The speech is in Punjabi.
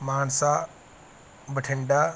ਮਾਨਸਾ ਬਠਿੰਡਾ